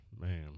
man